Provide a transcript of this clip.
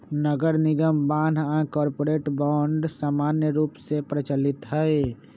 नगरनिगम बान्ह आऽ कॉरपोरेट बॉन्ड समान्य रूप से प्रचलित हइ